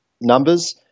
numbers